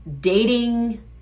dating